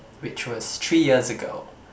which was three years ago